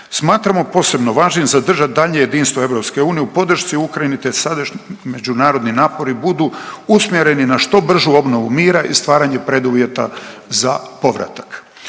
Smatramo posebno važnim zadržat daljnje jedinstvo EU u podršci Ukrajini, te da sadašnji međunarodni napori budu usmjereni na što bržu obnovu mira i stvaranje preduvjeta za povratak.